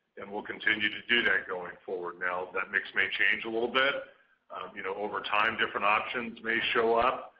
and we'll continue to do that going forward. now that mix may change a little bit you know over time. different options may show up.